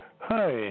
Hi